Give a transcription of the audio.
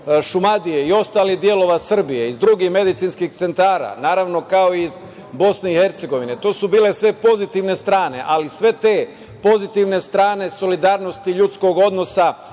Šumadije i ostalih delova Srbije, iz drugih medicinskih centara, kao i iz Bosne i Hercegovine. To su bile sve pozitivne strane. Ali, sve te pozitivne strane solidarnosti ljudskog odnosa